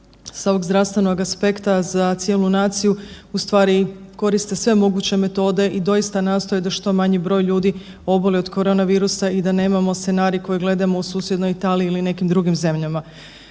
sa ovog zdravstvenog aspekta za cijelu naciju u stvari koriste sve moguće metode i doista nastoje da što manji broj ljudi oboli od koronavirusa i da nemamo scenarij koji gledamo u susjednoj Italiji ili nekim drugim zemljama.